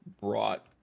brought